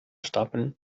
stapeln